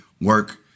work